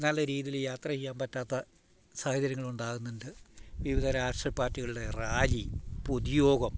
നല്ല രീതിയിൽ യാത്ര ചെയ്യാൻ പറ്റാത്ത സാഹചര്യങ്ങളുണ്ടാകുന്നുണ്ട് വിവിധ രാഷ്ട്ര പാർട്ടികളുടെ റാലി പൊതുയോഗം